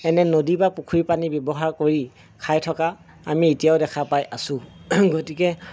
এনে নদী বা পুখুৰীৰ পানী ব্যৱহাৰ কৰি খাই থকা আমি এতিয়াও দেখা পাই আছোঁ গতিকে